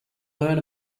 learn